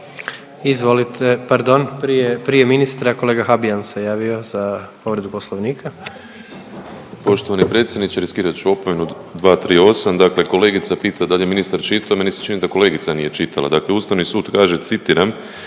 Izvolite, pardon prije ministra kolega Habijan se javio za povredu poslovnika. **Habijan, Damir (HDZ)** Poštovani predsjedniče riskirat ću opomenu, 238., dakle kolegica pita dal je ministar čitao, meni se čini da kolegica nije čitala. Dakle, Ustavni sud kaže citiram